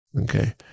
Okay